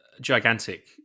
gigantic